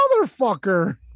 motherfucker